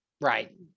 Right